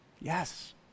Yes